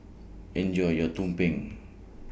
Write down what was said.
Enjoy your Tumpeng